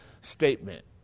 statement